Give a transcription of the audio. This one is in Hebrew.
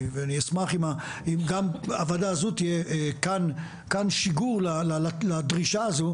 ואני אשמח אם גם הוועדה הזאת תהיה כן שיגור לדרישה הזו,